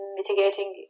mitigating